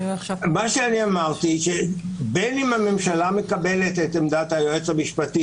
בין אם הממשלה מקבלת את עמדת היועץ המשפטי,